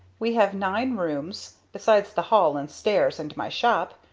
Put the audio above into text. we have nine rooms, besides the halls and stairs, and my shop.